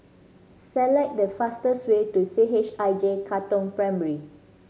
select the fastest way to C H I J Katong Primary